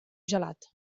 gelat